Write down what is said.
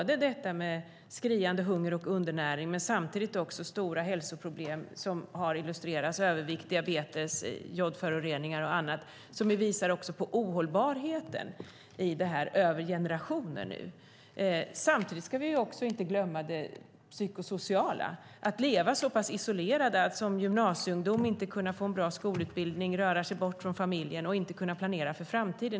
Det är fråga om skriande hunger och undernäring samtidigt som det finns stora hälsoproblem som har illustrerats här i form av övervikt, diabetes, jodföroreningar och så vidare. Det visar på ohållbarheten i situationen över generationer. Samtidigt får vi inte glömma det psykosociala. Flyktingarna lever isolerade, till exempel får gymnasieungdomarna inte en bra skolutbildning, möjlighet att röra sig bort från familjen eller planera för framtiden.